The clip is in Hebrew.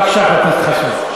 בבקשה, חבר הכנסת חסון.